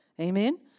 Amen